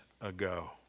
ago